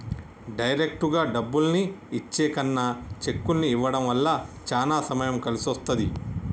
డైరెక్టుగా డబ్బుల్ని ఇచ్చే కన్నా చెక్కుల్ని ఇవ్వడం వల్ల చానా సమయం కలిసొస్తది